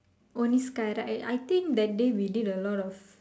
only skydive I think that day we did a lot of